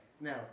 No